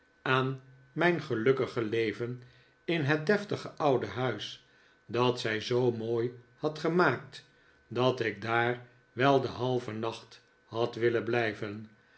aan mijn gelukkige leven in het deftige oude huis dat zij zoo mooi had gemaakt dat ik daar wel den halven nacht had willen blijven